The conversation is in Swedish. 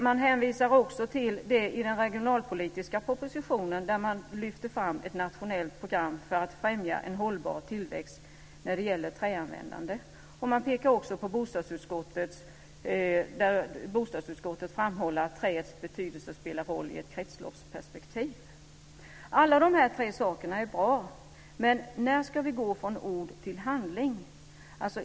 Man hänvisar också till att man i den regionalpolitiska propositionen lyfter fram ett nationellt program för att främja en hållbar tillväxt när det gäller träanvändande. Man pekar också på att bostadsutskottet framhåller att träets betydelse spelar roll i ett kretsloppsperspektiv. Alla de här tre sakerna är bra, men när ska vi gå från ord till handling?